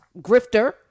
grifter